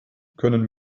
können